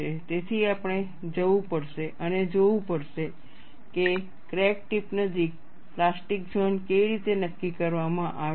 તેથી આપણે જવું પડશે અને જોવું પડશે કે ક્રેક ટીપ નજીક પ્લાસ્ટિક ઝોન કેવી રીતે નક્કી કરવામાં આવે છે